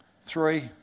three